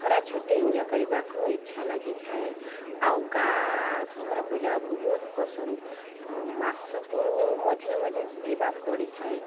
ଖରାଛୁଟି enjoy କରିବାକୁ ଇଚ୍ଛା ଲାଗିଥାଏ ଆଉ ଗାଁ ସହର ବୁଲିବା ବହୁତ ପସନ୍ଦ ମାସକୁ ମଝିରେ ମଝିରେ ଯିବାକୁ ପଡ଼ିଥାଏ